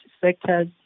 sectors